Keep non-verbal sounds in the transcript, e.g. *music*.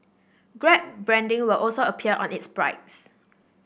grab branding will also appear on its *unintelligible*